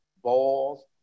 Balls